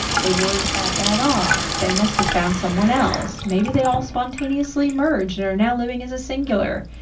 they weren't that bad off, they must have found someone else, maybe they all spontaneously merged, and are now living as a singular.